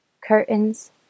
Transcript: curtains